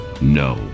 No